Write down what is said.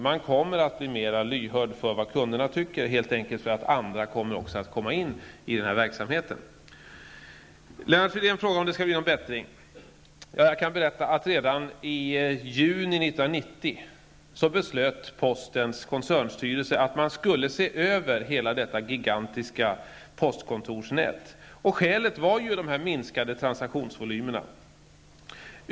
Man kommer att bli mera lyhörd för vad kunderna tycker, helt enkelt därför att andra också kommer in i verksamheten. Lennart Fridén frågar om det skall bli någon bättring. Jag kan berätta att postens koncernstyrelse redan i juni 1990 beslöt att se över hela detta gigantiska postkontorsnät. Skälet var de minskade transaktionsvolymerna.